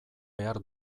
behar